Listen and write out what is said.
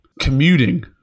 Commuting